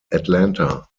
atlanta